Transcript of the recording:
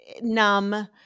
numb